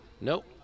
Nope